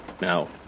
Now